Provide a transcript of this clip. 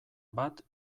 bat